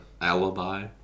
alibi